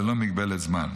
ללא מגבלת זמן.